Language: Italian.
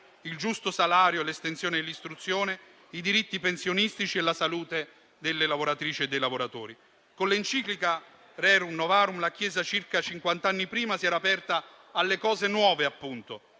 il giusto salario, l'estensione dell'istruzione, i diritti pensionistici e la salute delle lavoratrici e dei lavoratori. Con l'enciclica «Rerum novarum» la Chiesa, circa cinquant'anni prima, si era aperta alle cose nuove appunto,